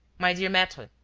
my dear maitre,